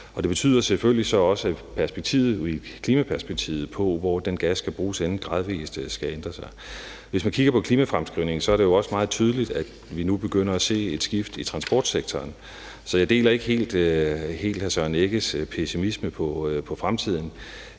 det betyder selvfølgelig så også, at klimaperspektivet på, hvor den gas kan bruges henne, gradvis skal ændre sig. Hvis man kigger på klimafremskrivningen, er det også meget tydeligt, at vi nu begynder at se et skift i transportsektoren. Så jeg deler ikke helt hr. Søren Egge Rasmussens pessimisme for fremtiden.